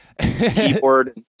keyboard